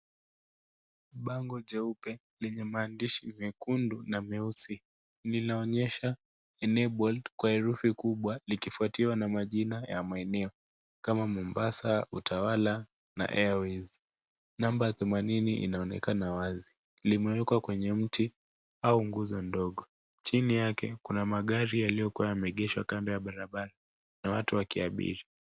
Bango jeupe lenye maandishi mekundu na meusi linaonyesha Enabled kwa herufi kubwa likifuatiwa na majina ya maeneo kama Mombasa, Utawala na Airways. Namba themanini inaonekana wazi. Limewekwa kwenye mti au nguzo ndogo. Chini yake kuna magari yaliyokuwa yameegeshwa kando ya barabara na watu wakiabiri.